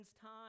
time